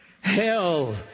hell